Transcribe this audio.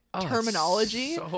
terminology